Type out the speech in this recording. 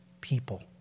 people